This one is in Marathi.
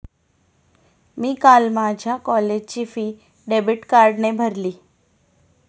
मी काल माझ्या कॉलेजची फी डेबिट कार्डने भरली